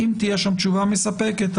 אם תהיה תשובה מספקת,